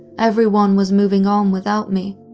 everyone was moving on without me.